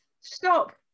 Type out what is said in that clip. Stop